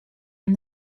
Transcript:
and